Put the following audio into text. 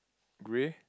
grey